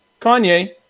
Kanye